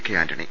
K Antony